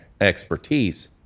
expertise